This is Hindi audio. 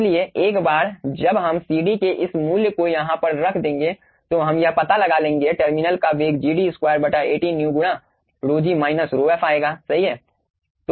इसलिए एक बार जब हम CD के इस मूल्य को यहाँ पर रख देंगे तो हम यह पता लगा लेंगे टर्मिनल का वेग gd2 18μ गुना ρg माइनस ρf आएगा सही है